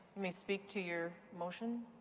may speak to your motion.